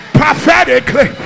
prophetically